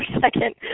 second